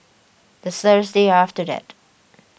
the Thursday after that